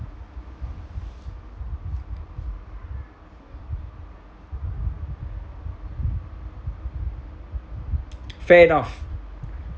fair enough